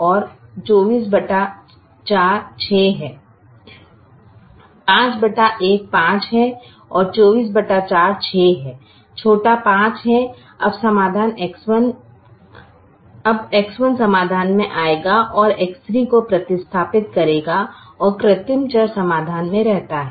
5 1 5 है और 24 4 6 है छोटा 5 है अब X1 समाधान में आएगा और X3 को प्रतिस्थापित करेगा और कृत्रिम चर समाधान में रहता है